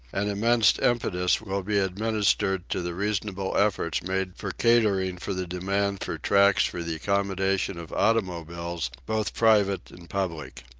an immense impetus will be administered to the reasonable efforts made for catering for the demand for tracks for the accommodation of automobiles, both private and public.